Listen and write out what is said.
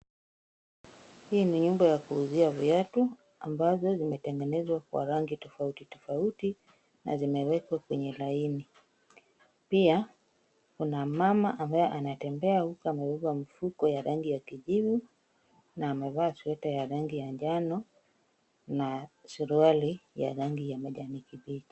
Hii ni nyumba ya kuuzia viatu ambazo zimetengenezwa kwa rangi tofauti tofauti na zimewekwa kwenye laini. Pia kuna mama ambaye anatembea huku amebeba mfuko ya rangi ya kijivu na amevaa sweta ya rangi ya njano na suruali ya rangi ya majani kibichi.